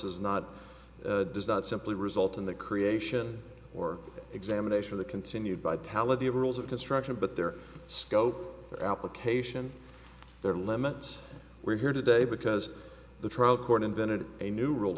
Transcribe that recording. is not does not simply result in the creation or examination of the continued by taliban rules of destruction but their scope application their limits were here today because the trial court invented a new rule